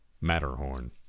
matterhorn